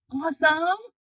awesome